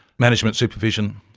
management supervision.